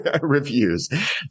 reviews